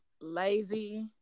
Lazy